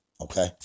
Okay